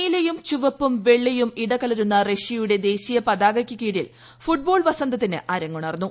നീലയും ചുവപ്പും വെളളയും ഇടക്ലരുന്ന റഷ്യയുടെ ദേശീയ പതാകയ്ക്ക് കീഴിൽ ്ഫുട്ബോൾ വസന്തത്തിന് അരങ്ങുണർന്നു